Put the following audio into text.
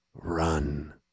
Run